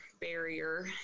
barrier